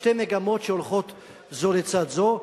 שתי מגמות שהולכות זו לצד זו.